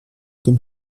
comme